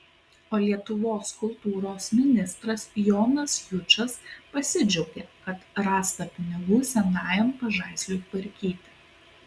o lietuvos kultūros ministras jonas jučas pasidžiaugė kad rasta pinigų senajam pažaisliui tvarkyti